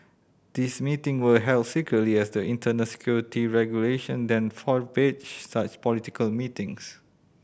these meeting were held secretly as the internal security regulation then forbade such political meetings